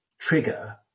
trigger